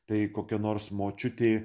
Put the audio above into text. tai kokia nors močiutė